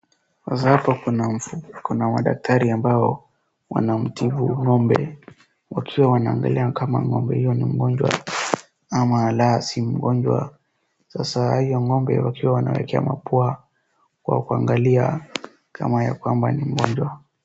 Sasa hapa kuna madktari ambao wanamtibu ng'ombe wakiwa wanangalia ng'ombe hiyo kama mgonjwa ama la si mgonjwa sasa hiyo ng'ombe wakiwa wanaekea mapua kwa kuangalia kama ya kwamba ni mgonjwa.